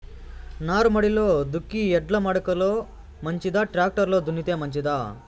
నారుమడిలో దుక్కి ఎడ్ల మడక లో మంచిదా, టాక్టర్ లో దున్నితే మంచిదా?